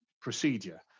procedure